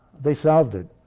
they solved it.